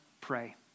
pray